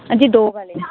ਅ ਜੀ ਦੋ ਵਾਲ਼ੇ